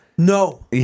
No